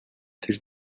тэр